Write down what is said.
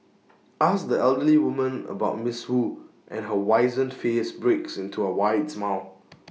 ask the elderly woman about miss wu and her wizened face breaks into A wide smile